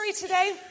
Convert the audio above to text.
today